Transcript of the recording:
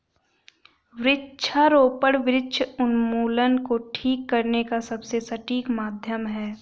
वृक्षारोपण वृक्ष उन्मूलन को ठीक करने का सबसे सटीक माध्यम है